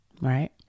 right